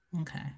Okay